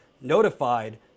notified